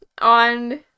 on